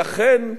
לכן,